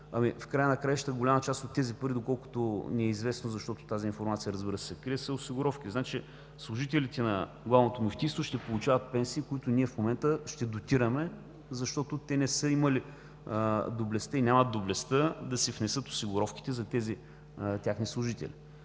В края на краищата голяма част от тези пари, доколкото ни е известно, защото тази информация, разбира се, се крие, са осигуровки. Служителите на Главното мюфтийство ще получават пенсии, които ние в момента ще дотираме, защото те не са имали доблестта и нямат доблестта да си внесат осигуровките за тези техни служители.